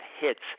hits